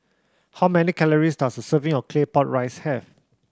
how many calories does a serving of Claypot Rice have